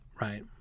right